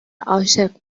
عاشق